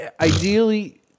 ideally